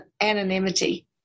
anonymity